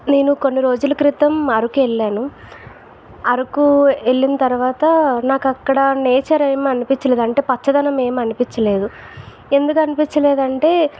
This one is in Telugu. నేను కొన్ని రోజుల క్రితం అరకు వెళ్ళాను అరకూ వెళ్ళిన తర్వాత నాకు అక్కడ నేచర్ ఏం అనిపించలేదు అంటే పచ్చదనం ఏం అనిపించలేదు ఎందుకు అనిపించలేదు అంటే